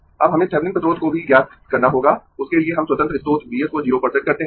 अब हमें थेविनिन प्रतिरोध भी ज्ञात करना होगा उसके लिए हम स्वतंत्र स्रोत V s को 0 पर सेट करते है